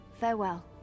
Farewell